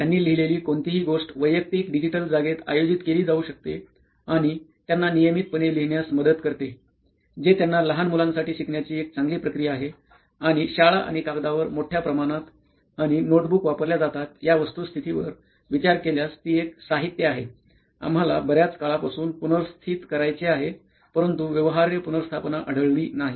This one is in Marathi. त्यांनी लिहिलेली कोणतीही गोष्ट वैयक्तिक डिजिटल जागेत आयोजित केली जाऊ शकते आणि त्यांना नियमितपणे लिहिण्यास मदत करते जे त्यांना लहान मुलांसाठी शिकण्याची एक चांगली प्रक्रिया आहे आणि शाळा आणि कागदावर मोठ्या प्रमाणात आणि नोटबुक वापरल्या जातात या वस्तुस्थितीवर विचार केल्यास ती एक साहित्य आहे आम्हाला बर्याच काळापासून पुनर्स्थित करायचे आहे परंतु व्यवहार्य पुनर्स्थापना आढळली नाही